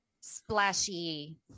splashy